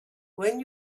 when